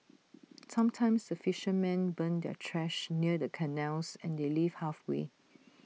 sometimes the fishermen burn their trash near the canals and they leave halfway